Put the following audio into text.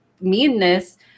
meanness